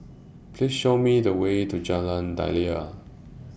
Please Show Me The Way to Jalan Daliah